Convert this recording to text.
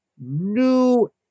new